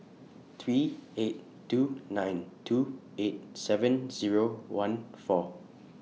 three eight two nine two eight seven Zero one four